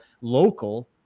local